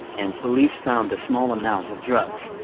and police found a small amount of drugs,